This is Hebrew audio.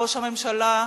ראש הממשלה,